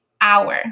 hour